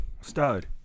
Stud